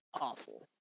awful